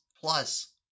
plus